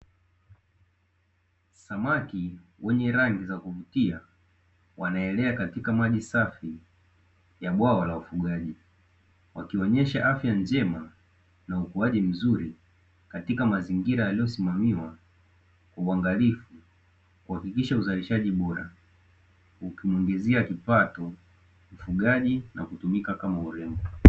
Samaki wenye rangi za kuvutia wanaelea katika maji safi ya bwawa la ufugaji, wakionyesha afya njema na ukuaji mzuri katika mazingira yaliyosimamiwa kwa uangalifu kuhakikisha uzalishaji bora, ukimuingizia kipato mfugaji na kutumika kama urembo.